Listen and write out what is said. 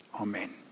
Amen